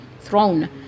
throne